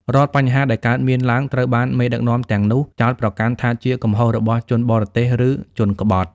រាល់បញ្ហាដែលកើតមានឡើងត្រូវបានមេដឹកនាំទាំងនោះចោទប្រកាន់ថាជាកំហុសរបស់ជនបរទេសឬជនក្បត់។